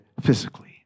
physically